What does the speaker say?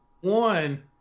one